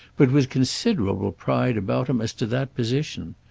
but with considerable pride about him as to that position.